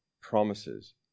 promises